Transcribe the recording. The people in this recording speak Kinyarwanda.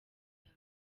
yabo